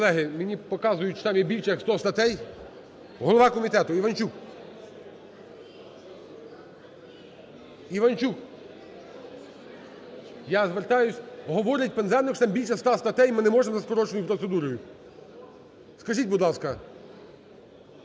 Колеги, мені показують, що там є більше як 100 статей. Голова комітету Іванчук! Іванчук! Я звертаюсь. Говорить Пинзеник, що там більше ста статей, ми не можемо за скороченою процедурою. Скажіть, будь ласка,